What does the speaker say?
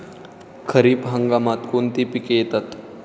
खरीप हंगामात कोणती पिके येतात?